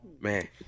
Man